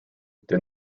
did